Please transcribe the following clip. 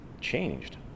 changed